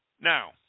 Now